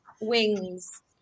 wings